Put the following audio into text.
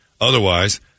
otherwise